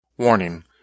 Warning